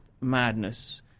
madness